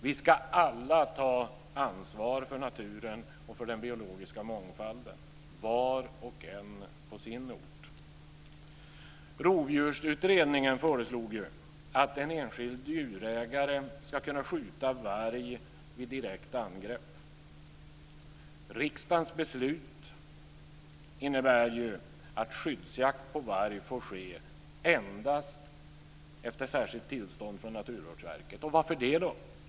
Vi ska alla ta ansvar för naturen och för den biologiska mångfalden, var och en på sin ort. Rovdjursutredningen föreslog att en enskild djurägare ska kunna skjuta varg vid direkt angrepp. Riksdagens beslut innebär ju att skyddsjakt på varg får ske endast efter särskilt tillstånd från Naturvårdsverket. Och varför det då?